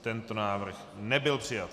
Tento návrh nebyl přijat.